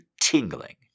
tingling